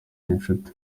n’inshuti